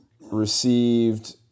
received